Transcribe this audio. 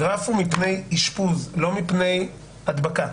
הגרף הוא מפני אשפוז, לא מפני הדבקה.